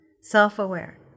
self-aware